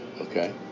okay